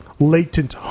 latent